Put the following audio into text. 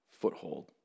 foothold